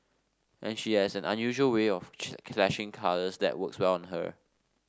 and she has an unusual way of clashing colours that works well on her